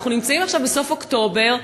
ואנחנו עכשיו בסוף אוקטובר,